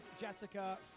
Jessica